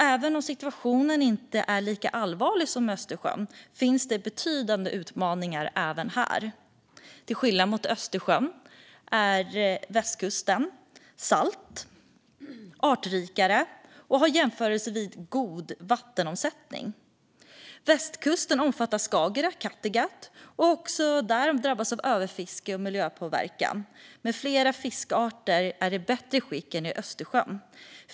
Även om situationen inte är lika allvarlig som i Östersjön finns det betydande utmaningar även här. Till skillnad från Östersjön är Västerhavet saltare, artrikare och har jämförelsevis god vattenomsättning. Västkusten, som omfattar Skagerrak och Kattegatt, har också drabbats av överfiske och miljöpåverkan, men flera fiskarter är i bättre skick här än i Östersjön.